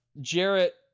Jarrett